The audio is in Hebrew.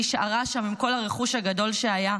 נשארה שם עם כל הרכוש הגדול שהיה,